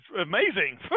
amazing